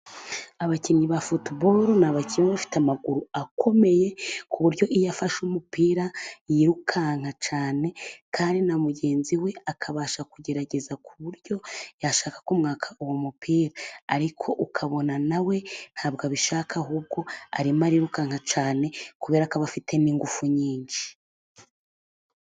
Abakinnyi ba futubolo ni abakinnyi baba bafite amaguru akomeye ku buryo iyo afashe umupira yirukanka cyane, kandi na mugenzi we akabasha kugerageza ku buryo yashaka kumwaka uwo mupira ,ariko ukabona nawe ntabwo abishaka ahubwo arimo arirukanka cyane kuberako aba afitemo ingufu nyinshi.